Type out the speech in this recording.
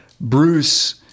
Bruce